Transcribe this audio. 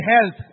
health